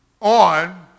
On